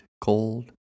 cold